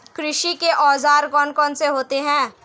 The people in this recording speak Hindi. कृषि के औजार कौन कौन से होते हैं?